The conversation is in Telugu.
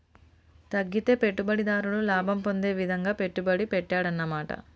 తగ్గితే పెట్టుబడిదారుడు లాభం పొందే విధంగా పెట్టుబడి పెట్టాడన్నమాట